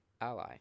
Ally